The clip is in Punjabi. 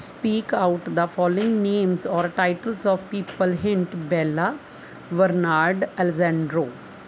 speak out the following names or title of people hint Bella Bernard Alejandro